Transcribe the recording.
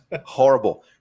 horrible